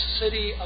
city